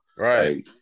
Right